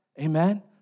Amen